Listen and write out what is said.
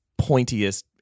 pointiest